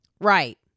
Right